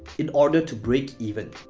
in order to break even?